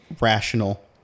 rational